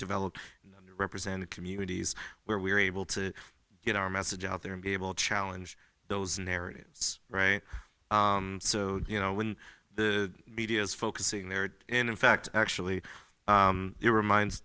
developed represented communities where we were able to get our message out there and be able to challenge those narratives right so you know when the media is focusing there and in fact actually reminds